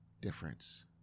difference